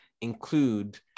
include